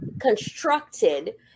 constructed